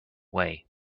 way